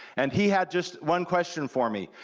and he had just one question for me,